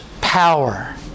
power